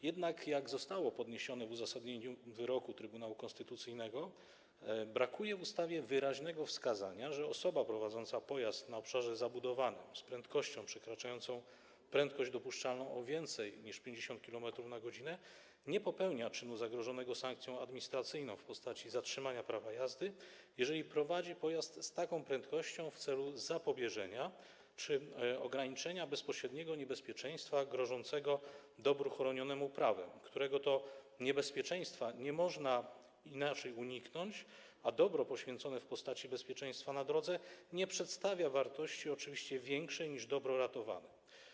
Jednak jak zostało podniesione w uzasadnieniu wyroku Trybunału Konstytucyjnego, brakuje w ustawie wyraźnego wskazania, że osoba prowadząca pojazd na obszarze zabudowanym z prędkością przekraczającą prędkość dopuszczalną o więcej niż 50 km/h nie popełnia czynu zagrożonego sankcją administracyjną w postaci zatrzymania prawa jazdy, jeżeli prowadzi pojazd z taką prędkością w celu ograniczenia bezpośredniego niebezpieczeństwa grożącego dobru chronionemu prawem czy zapobieżenia mu, którego to niebezpieczeństwa nie można inaczej uniknąć, a oczywiście dobro poświęcone w postaci bezpieczeństwa na drodze nie przedstawia wartości większej niż dobro ratowane.